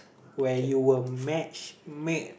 where you were matchmade